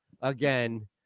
again